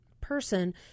person